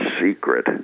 secret